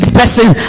person